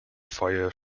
feuer